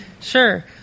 sure